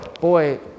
boy